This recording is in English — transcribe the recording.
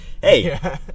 hey